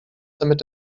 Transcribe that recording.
damit